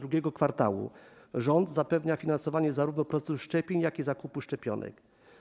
Rząd zapewnia finansowanie zarówno procesu szczepień, jak i zakupu szczepionek.